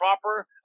proper